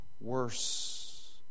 worse